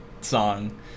song